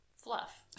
Fluff